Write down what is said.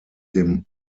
dem